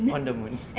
on the moon